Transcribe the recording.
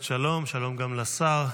שלום גם לשר.